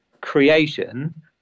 creation